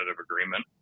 agreement